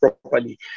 properly